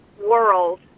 world